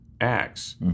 Acts